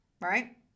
right